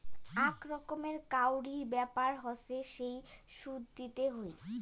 আক রকমের কাউরি ব্যাপার হসে যেই সুদ দিতে হই